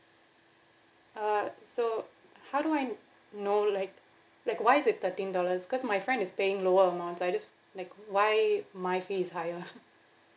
uh so how do I know like like why is it thirteen dollars cause my friend is paying lower amounts I just like why my fee is higher